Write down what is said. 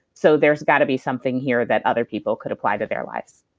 so there's got to be something here that other people could apply to their lives.